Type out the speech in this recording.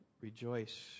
rejoice